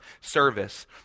service